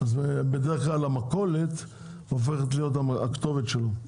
בדרך כלל המכולת הופכת להיות הכתובת שלו.